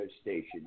station